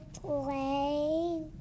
play